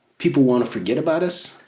people wanna forget about us,